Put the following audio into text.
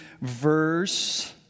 verse